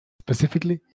specifically